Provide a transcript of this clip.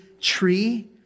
tree